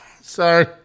Sorry